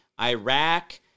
Iraq